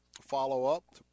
follow-up